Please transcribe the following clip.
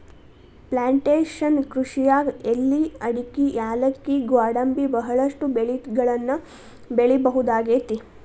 plantation ಕೃಷಿಯಾಗ್ ಎಲಿ ಅಡಕಿ ಯಾಲಕ್ಕಿ ಗ್ವಾಡಂಬಿ ಬಹಳಷ್ಟು ಬೆಳಿಗಳನ್ನ ಬೆಳಿಬಹುದಾಗೇತಿ